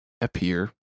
appear